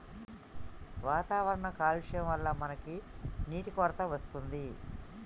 వాతావరణ కాలుష్యం వళ్ల మనకి నీటి కొరత వస్తుంది